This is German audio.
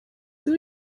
der